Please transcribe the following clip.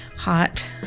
hot